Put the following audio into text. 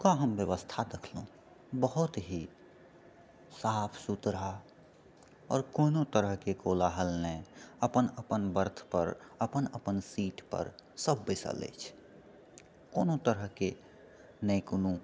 ओतुका हम व्यवस्था देखलहुँ बहुत ही साफ सुथरा आओर कोनो तरहकेँ कोलाहल नहि अपन अपन बर्थ पर अपन अपन सीट पर सभ बैसल अछि कोनो तरहकेँ नहि कोनो